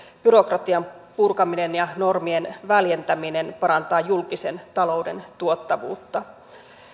byrokratian purkaminen ja normien väljentäminen parantavat julkisen talouden tuottavuutta